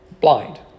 blind